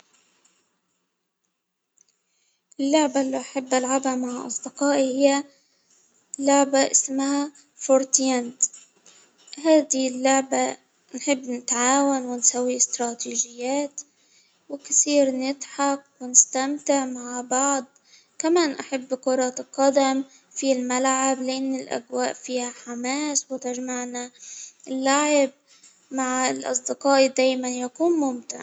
اللعبة اللي أحب العبها مع اصدقائي هي لعبة اسمها فورتيانت، هذه اللعبة نحب نتعاون ونسوي استراتيجيات، وكثير نضحك ونستمتع مع بعض، كمان أحب كرة القدم في الملعب لأن الأجواء فيها حماس، وتجمعنا اللعب مع الاصدقاء دايما يكون ممتع.